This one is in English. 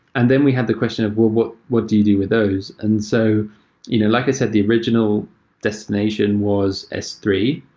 and then we have the question of, well, what what do you with those? and so you know like i said, the original destination was s three.